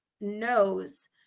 knows